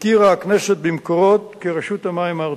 הכירה הכנסת ב"מקורות" כרשות המים הארצית,